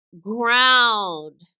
ground